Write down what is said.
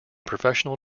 professional